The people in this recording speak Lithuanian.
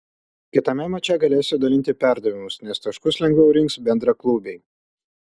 kitame mače galėsiu dalinti perdavimus nes taškus lengviau rinks bendraklubiai